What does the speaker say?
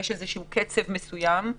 באיזשהו קצב מסוים.